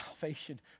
salvation